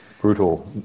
brutal